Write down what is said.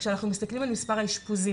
כשאנחנו מסתכלים על מספר האשפוזים,